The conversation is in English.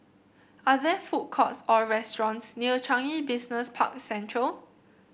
are there food courts or restaurants near Changi Business Park Central